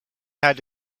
had